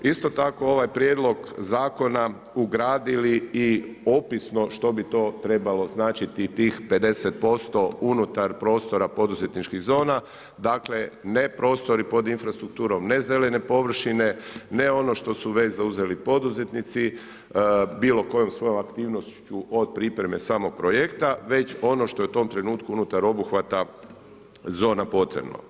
Isto tako, ovaj prijedlog zakona ugradili i opisno što bi to trebalo značiti, tih 50% unutar prostora poduzetničkih zona, ne prostori pod infrastrukturom, ne zelene površine, ne ono što su već zauzeli poduzetnici, bilo kojom svojom aktivnošću od pripreme samog projekta, već ono što je u tom trenutku, unutar obuhvata, zona potrebno.